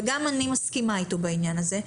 ואני מסכימה איתו בעניין הזה,